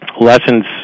lessons